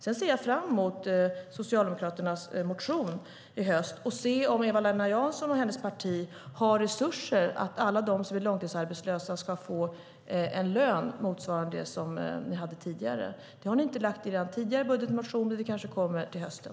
Sedan ser jag fram emot Socialdemokraternas motion i höst och att få se om Eva-Lena Jansson och hennes parti har resurser för att alla som är långtidsarbetslösa ska få en lön motsvarande det ni hade tidigare. Det har ni inte lagt fram i era tidigare budgetmotioner, men det kanske kommer till hösten.